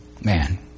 man